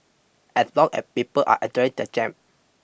as long as people are their jam